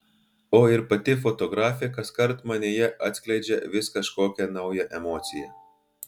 o ir pati fotografė kaskart manyje atskleidžia vis kažkokią naują emociją